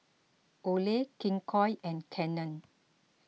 Olay King Koil and Canon